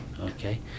okay